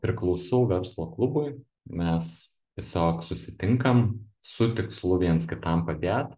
priklausau verslo klubui mes tiesiog susitinkam su tikslu viens kitam padėt